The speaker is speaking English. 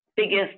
biggest